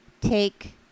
take